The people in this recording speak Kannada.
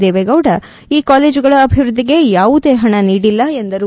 ದೇವೇಗೌಡ ಈ ಕಾಲೇಜುಗಳ ಅಭಿವೃದ್ದಿಗೆ ಯಾವುದೇ ಪಣ ನೀಡಿಲ್ಲ ಎಂದರು